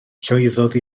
llwyddodd